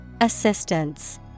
Assistance